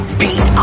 beat